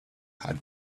had